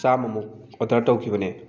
ꯆꯥꯝꯃꯃꯨꯛ order ꯇꯧꯈꯤꯕꯅꯦ